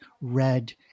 red